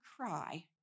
cry